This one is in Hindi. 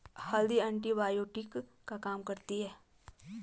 हल्दी एंटीबायोटिक का काम करता है